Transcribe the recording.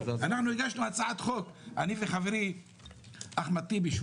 אני וחברי אחמד טיבי,